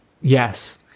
Yes